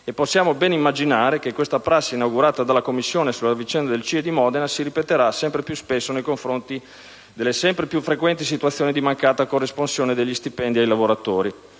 possiamo ben immaginare che questa prassi inaugurata dalla Commissione sulla vicenda del CIE di Modena si ripeterà sempre più spesso nei confronti delle sempre più frequenti situazioni di mancata corresponsione degli stipendi ai lavoratori.